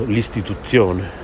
L'istituzione